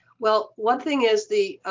well, one thing is the